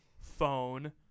phone